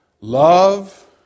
Love